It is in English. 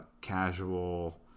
casual